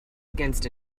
against